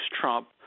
Trump